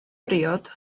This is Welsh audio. briod